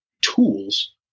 tools